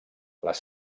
les